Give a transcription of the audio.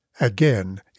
again